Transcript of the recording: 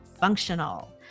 functional